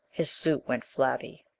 his suit went flabby.